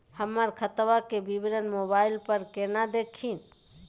हमर खतवा के विवरण मोबाईल पर केना देखिन?